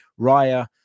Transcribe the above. Raya